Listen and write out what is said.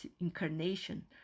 incarnation